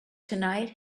tonight